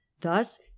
Thus